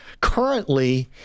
currently